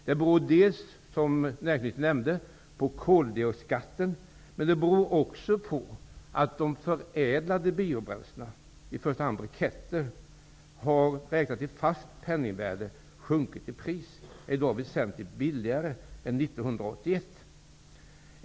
Det beror dels på koldioxidskatten, som näringsministern också nämnde, dels på att förädlade biobränslen, i första hand briketter, i fast penningvärde räknat sjunkit i pris och är i dag betydligt billigare än 1981.